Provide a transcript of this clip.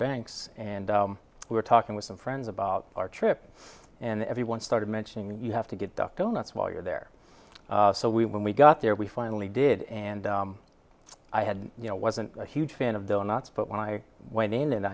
banks and we were talking with some friends about our trip and everyone started mentioning you have to get duct donuts while you're there so we when we got there we finally did and i had you know wasn't a huge fan of the nuts but when i went in and